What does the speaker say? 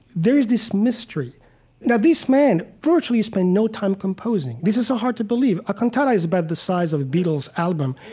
there is this mystery now this man virtually spent no time composing. this is so hard to believe. a cantata is about the size of a beatles' album